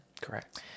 Correct